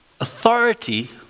authority